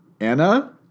Anna